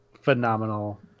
phenomenal